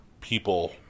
people